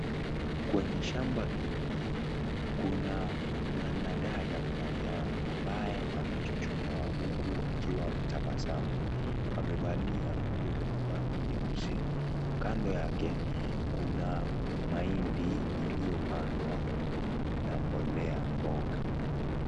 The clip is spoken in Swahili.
Kwenye shamba hili, kuna mwanadada mmoja, ambaye amechuchumaa huku akiwa ametabasamu. Amevalia nguo zenye rangi nyeusi. Kando yake, kuna mahindi iliyopandwa na mbolea ya mboga.